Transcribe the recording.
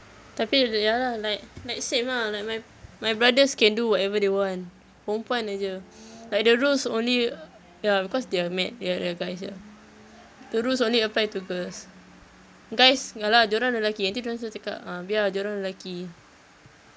tapi ya lah like let's same ah like my my brothers can do whatever they want perempuan aje like the rules only ya because they're me~ the~ they're guys ya the rules only apply to girls guys ya lah dorang lelaki nanti dorang selalu cakap ah biar ah dorang lelaki